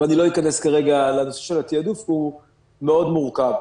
ואני לא אכנס כרגע לנושא של התעדוף כי הוא מאוד מורכב.